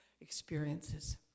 experiences